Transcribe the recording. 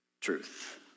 truth